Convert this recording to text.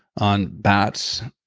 on bats,